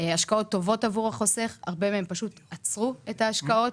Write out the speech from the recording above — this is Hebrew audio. עבור החוסך, רבים מהם עצרו את ההשקעות.